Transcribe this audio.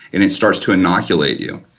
and it starts to inoculate you.